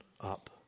up